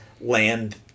land